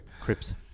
Crips